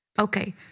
Okay